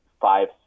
five